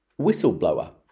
whistleblower